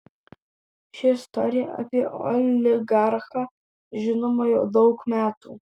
ši istorija apie oligarchą žinoma jau daug metų